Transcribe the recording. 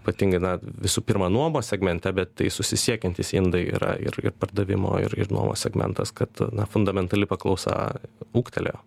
ypatingai na visų pirma nuomos segmente bet tai susisiekiantys indai yra ir ir pardavimo ir ir nuomos segmentas kad na fundamentali paklausa ūgtelėjo